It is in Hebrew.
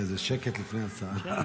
חכה, זה השקט שלפני הסערה.